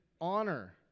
honor